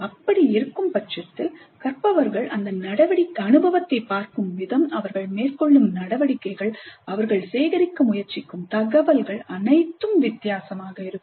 அப்படி இருக்கும் பட்சத்தில் கற்பவர்கள் அந்த அனுபவத்தைப் பார்க்கும் விதம் அவர்கள் மேற்கொள்ளும் நடவடிக்கைகள் அவர்கள் சேகரிக்க முயற்சிக்கும் தகவல்கள் அனைத்தும் வித்தியாசமாக இருக்கும்